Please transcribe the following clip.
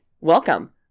welcome